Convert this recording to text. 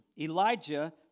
Elijah